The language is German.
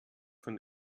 von